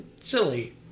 Silly